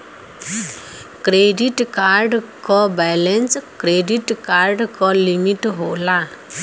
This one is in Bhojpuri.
क्रेडिट कार्ड क बैलेंस क्रेडिट कार्ड क लिमिट होला